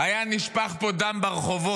היה נשפך פה דם ברחובות,